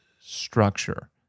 structure